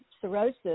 cirrhosis